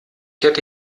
hätte